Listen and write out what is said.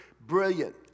Brilliant